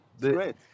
great